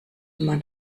man